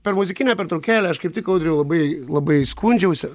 per muzikinę pertraukėlę aš kaip tik audriui labai labai skundžiausi